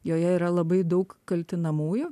joje yra labai daug kaltinamųjų